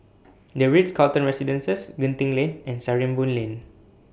The Ritz Carlton Residences Genting Lane and Sarimbun Lane